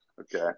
Okay